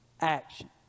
action